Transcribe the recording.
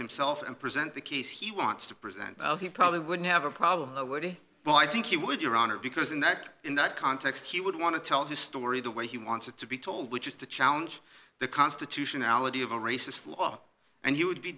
himself and present the case he wants to present he probably wouldn't have a problem well i think you would your honor because in that in that context he would want to tell his story the way he wants it to be told which is to challenge the constitutionality of a racist law and he would be